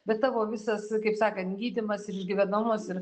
bet tavo visas kaip sakant gydymas ir išgyvenamumas ir